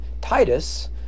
Titus